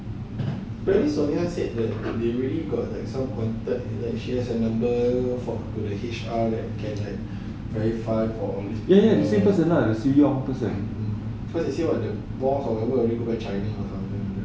tapi sonya said the delivery got like some contact that she has the number to the H_R can like verify for mm cause I say what the balls over china or something